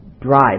drive